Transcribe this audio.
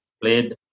played